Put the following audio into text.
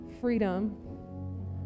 freedom